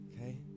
Okay